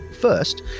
first